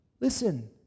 Listen